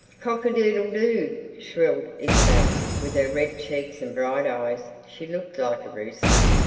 cock-a-doodle-do! shrilled isabel. with her red cheeks and bright eyes she looked like a rooster.